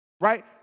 right